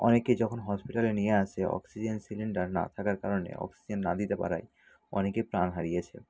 অনেককে যখন হসপিটালে নিয়ে আসে অক্সিজেন সিলিণ্ডার না থাকার কারণে অক্সিজেন না দিতে পারায় অনেকে প্রাণ হারিয়েছে